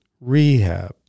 rehab